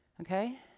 Okay